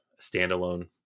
standalone